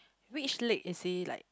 which leg is he like